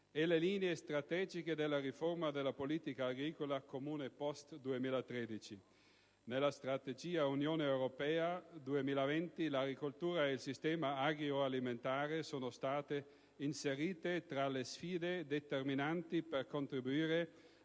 e le linee strategiche della riforma della politica agricola comune *post* 2013. Nella strategia dell'Unione europea 2020, l'agricoltura e il sistema agroalimentare sono state inserite tra le sfide determinanti per contribuire